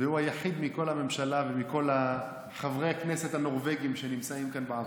והוא היחיד מכל הממשלה ומכל חברי הכנסת הנורבגים שנמצא כאן בעבודה.